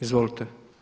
Izvolite.